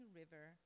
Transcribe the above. river